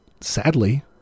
sadly